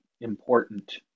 important